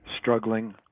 struggling